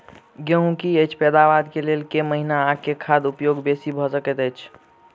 गेंहूँ की अछि पैदावार केँ लेल केँ महीना आ केँ खाद उपयोगी बेसी भऽ सकैत अछि?